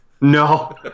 No